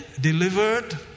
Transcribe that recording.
delivered